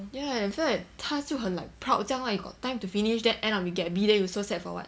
ya I feel like 他就很 like proud 将 lah you got time to finish then end up you get B then you so sad for what